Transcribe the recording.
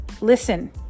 Listen